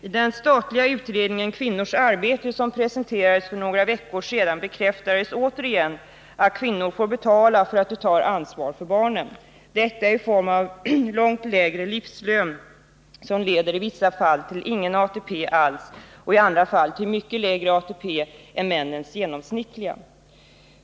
I den statliga utredningen Kvinnors arbete, som presenterades för några veckor sedan, bekräftades återigen att kvinnor får betala för att de tar ansvar för barnen — detta i form av långt lägre livslön, som leder i vissa fall till ingen ATP alls och i andra fall till mycket lägre ATP än männens genomsnittliga.